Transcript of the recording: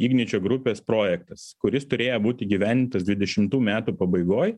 igničio grupės projektas kuris turėjo būt įgyvendintas dvidešimtų metų pabaigoj